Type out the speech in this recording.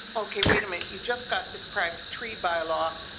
okay, wait a minute, you just got this private tree by law,